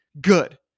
good